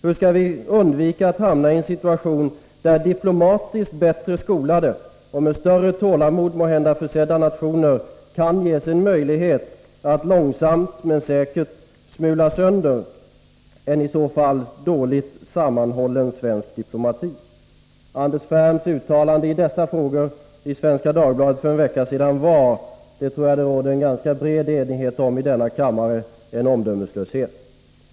Hur skall vi undvika att hamna i en situation där diplomatiskt bättre skolade och med större tålamod måhända försedda nationer kan ges en möjlighet att långsamt men säkert smula sönder en i så fall dåligt sammanhållen svensk diplomati? Anders Ferms uttalande i dessa frågor i Svenska Dagbladet för en vecka sedan var — det tror jag det råder en ganska bred enighet om i denna kammare — en omdömeslöshet.